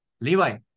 Levi